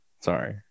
Sorry